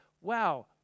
wow